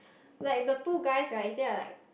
like the two guys right is there like